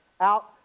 out